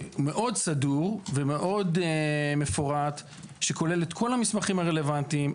מאוד סדור ומאוד מפורט שכולל את כל המסמכים הרלוונטיים,